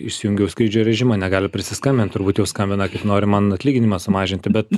įsijungiau skrydžio režimą negali prisiskambint turbūt jau skambina kaip nori man atlyginimą sumažinti bet